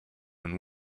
and